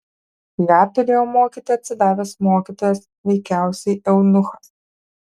ją turėjo mokyti atsidavęs mokytojas veikiausiai eunuchas